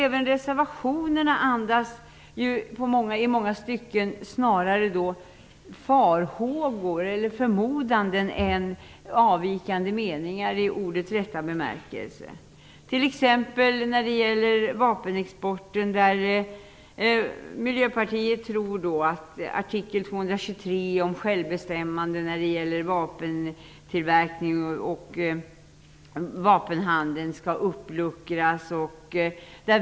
Även reservationerna andas i många stycken snarare farhågor eller förmodanden än avvikande meningar i ordets rätta bemärkelse. När det t.ex. gäller vapenexporten tror Miljöpartiet att artikel 223 om självbestämmande när det gäller vapentillverkning och vapenhandel skall uppluckras.